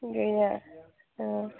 गैया